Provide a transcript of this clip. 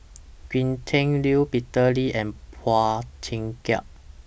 Gretchen Liu Peter Lee and Phua Thin Kiay